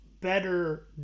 better